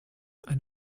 and